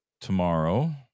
tomorrow